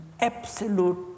absolute